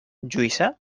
lluïsa